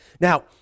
Now